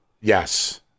Yes